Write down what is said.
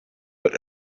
but